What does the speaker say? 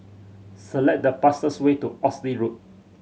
select the fastest way to Oxley Road